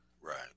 Right